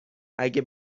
اگه